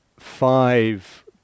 five